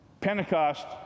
Pentecost